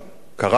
קרה משהו?